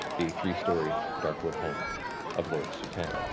the three-story dark wood home of lord sutan.